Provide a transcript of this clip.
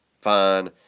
fine